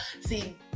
see